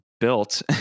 built